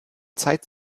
zeit